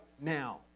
now